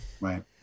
Right